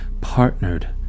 Partnered